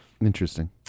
Interesting